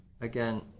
again